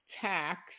tax